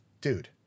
dude